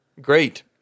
great